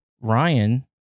ryan